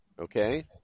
Okay